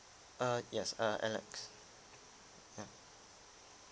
err yes err alex ya